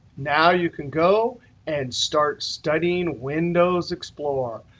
now you can go and start studying windows explorer.